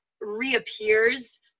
reappears